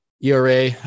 ERA